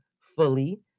fully